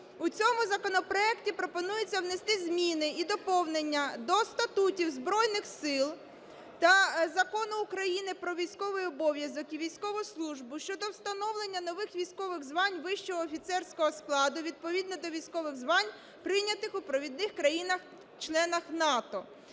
У цьому законопроекті пропонується внести зміни і доповнення до статутів Збройних Сил та Закону України "Про військовий обов'язок і військову службу" щодо встановлення нових військових звань вищого офіцерського складу відповідно до військових звань, прийнятих у провідних країнах-членах НАТО.